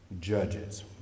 Judges